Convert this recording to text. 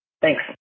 Thanks